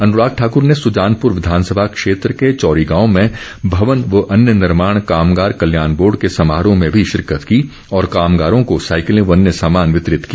अनुराग ठाकर ने सुजानपुर विधानसभा क्षेत्र के चौरी गांव में भवन व अन्य निर्माण कामगार कल्याण बोर्ड के समारोह में भी शिरक्त की और कामगारों को साईकिले व अन्य सामान वितरित किया